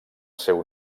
seu